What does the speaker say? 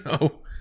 no